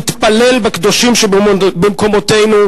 נתפלל בקדושים שבמקומותינו,